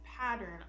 pattern